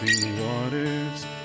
waters